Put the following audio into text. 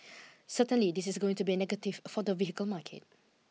certainly this is going to be a negative for the vehicle market